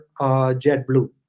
JetBlue